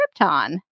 Krypton